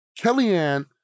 Kellyanne